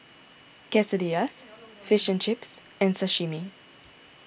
Quesadillas Fish and Chips and Sashimi